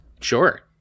sure